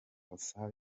assad